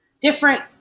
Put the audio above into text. different